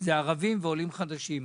זה ערבים ועולים חדשים.